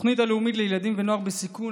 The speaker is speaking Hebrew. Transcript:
התוכנית הלאומית לילדים ונוער בסיכון,